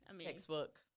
textbook